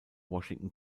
washington